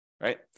right